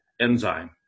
enzyme